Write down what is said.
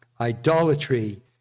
Idolatry